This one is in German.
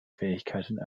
fähigkeiten